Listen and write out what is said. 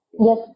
Yes